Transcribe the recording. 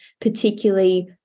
particularly